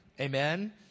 Amen